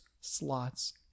slots